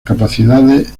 capacidades